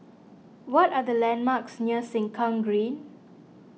what are the landmarks near Sengkang Green